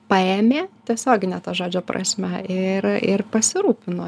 paėmė tiesiogine to žodžio prasme ir ir pasirūpino